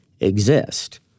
exist